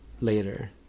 later